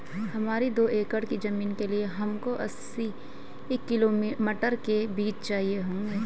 हमारी दो एकड़ की जमीन के लिए हमको अस्सी किलो मटर के बीज चाहिए होंगे